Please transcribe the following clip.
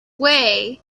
way